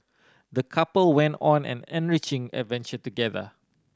the couple went on an enriching adventure together